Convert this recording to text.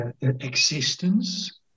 existence